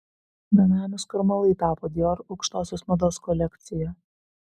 benamių skarmalai tapo dior aukštosios mados kolekcija